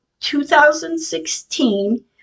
2016